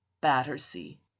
Battersea